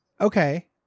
Okay